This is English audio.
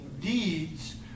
deeds